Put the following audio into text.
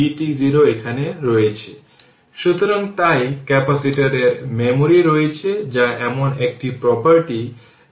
বিপরীতভাবে একটি ক্যাপাসিটরের মাধ্যমে কারেন্ট তাৎক্ষণিকভাবে পরিবর্তন করতে পারে যা এখন নয় DC ট্রানসিয়েন্ট সময়ে দেখতে পাবে